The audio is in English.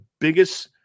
biggest